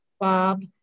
Bob